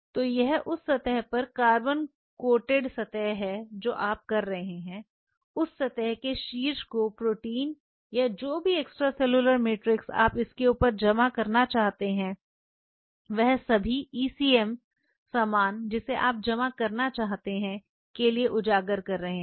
तो यह उस सतह पर कार्बन कोटेड सतह है जो आप कर रहे हैं उस सतह के शीर्ष को प्रोटीन या जो भी एक्सट्रासेल्यूलर मैट्रिक्स आप इसके ऊपर जमा करना चाहते हैं वह सभी ईसीएम सामान जिसे आप जमा करना चाहते हैं के लिए उजागर कर रहे हैं